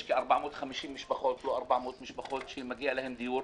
יש כ-450 משפחות, לא 400 משפחות, שמגיע להן דיור.